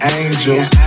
angels